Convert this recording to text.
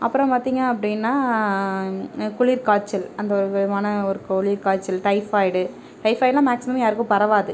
அப்புறம் பார்த்தீங்க அப்படின்னா குளிர்காய்ச்சல் அந்த ஒரு விதமான ஒரு குளிர்க்காய்ச்சல் டைஃபாய்டு டைஃபாய்டுலாம் மேக்சிமம் யாருக்கும் பரவாது